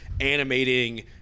animating